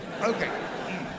okay